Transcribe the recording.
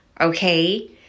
okay